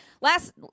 last